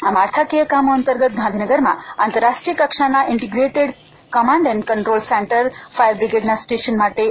આ માળખાકીય કામો અંતર્ગત ગાંધીનગરમાં આંતરરાષ્ટ્રીય કક્ષાના integrated command and control centre fire brigade station માટે રૂ